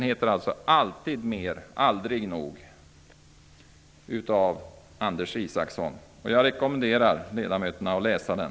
Den heter alltså Alltid mer, aldrig nog, av Anders Isaksson. Jag rekommenderar ledamöterna att läsa den.